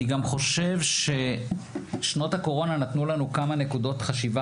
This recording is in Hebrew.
אני גם חושב ששנות הקורונה נתנו לנו כמה נקודות חשיבה